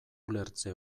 ulertze